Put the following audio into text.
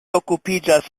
okupiĝas